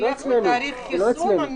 לא אצלנו.